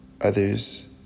Others